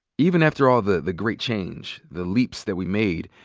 even after all the the great change, the leaps that we made,